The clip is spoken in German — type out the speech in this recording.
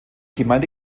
gemeinde